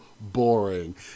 boring